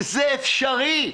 זה אפשרי.